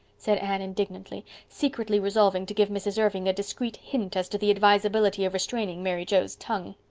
said anne indignantly, secretly resolving to give mrs. irving a discreet hint as to the advisability of restraining mary joe's tongue.